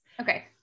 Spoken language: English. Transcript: Okay